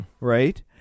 right